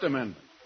Amendment